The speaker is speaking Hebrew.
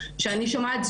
שאני שומעת,